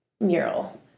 mural